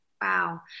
Wow